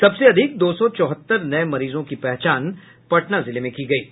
सबसे अधिक दो सौ चौहत्तर नये मरीजों की पहचान पटना जिले में हुई है